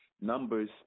Numbers